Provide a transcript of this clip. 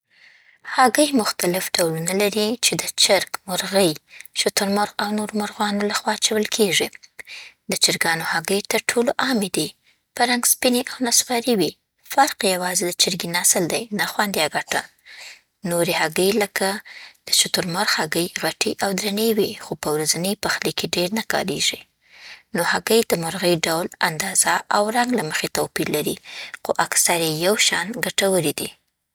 هګۍ مختلف ډولونه لري، چې د چرګ، مرغۍ، شترمرغ او نورو مرغانو له خوا اچول کېږي. د چرګانو هګۍ تر ټولو عامې دي. په رنګ سپینې او نسواري وي؛ فرق یې یوازې د چرګې نسل دی، نه خوند یا ګټه. نورې هګۍ لکه شترمرغ هګۍ، غټې او درنې وي، خو په ورځني پخلي کې ډېر نه کارېږي. نو، هګۍ د مرغۍ ډول، اندازه، او رنګ له مخې توپیر لري، خو اکثر یې یو شان ګټورې دي.